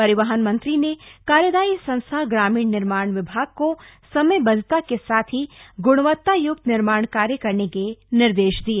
परिवहन मंत्री ने कार्यदायी संस्था ग्रामीण निर्माण विभाग को समयबद्धता के साथ ही ग्णवत्ताय्क्त निर्माण कार्य करने के निर्देश दिए